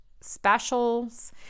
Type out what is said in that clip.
specials